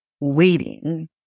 waiting